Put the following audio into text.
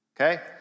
okay